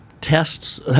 tests